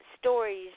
stories